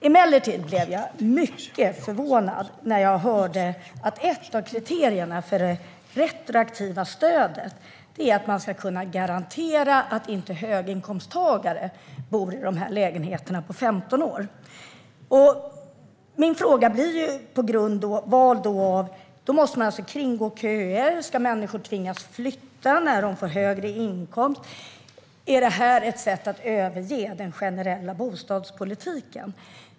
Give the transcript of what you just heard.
Emellertid blev jag mycket förvånad när jag hörde att ett av kriterierna för det retroaktiva stödet är att man ska kunna garantera att inte höginkomsttagare bor i de här lägenheterna på 15 år. Jag ställer min fråga på grundval av det. Då måste man alltså kringgå köer. Ska människor tvingas flytta när de får högre inkomst? Är det här ett sätt att överge den generella bostadspolitiken?